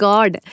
God